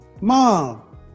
mom